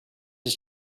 his